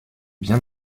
bien